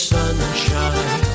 Sunshine